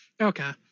Okay